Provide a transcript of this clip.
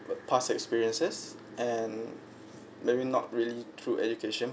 but past experiences and maybe not really through education